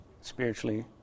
spiritually